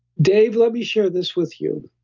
dave, let me share this with you.